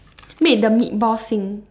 make the meatball sing